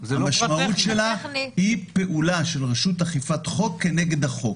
המשמעות שלה היא פעולה של רשות אכיפת חוק כנגד החוק.